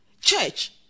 Church